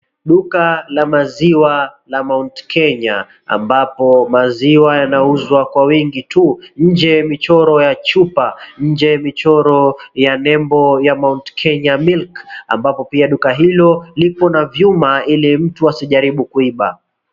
Duka la maziwa la Mount Kenya ambapo maziwa yanauzwa kwa wingi tu. Nje michoro ya chupa, nje michoro ya nembo ya Mount Kenya Milk ambapo pia duka hilo likona vyuma ili mtu asijaribu kuiba.